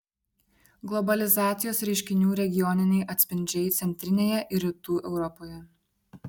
globalizacijos reiškinių regioniniai atspindžiai centrinėje ir rytų europoje